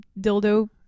dildo